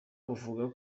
buvuga